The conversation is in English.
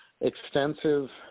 extensive